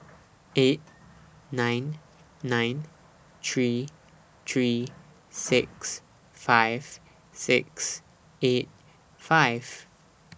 eight nine nine three three six five six eight five